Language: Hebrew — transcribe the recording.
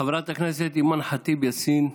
חברת הכנסת אימאן ח'טיב יאסין,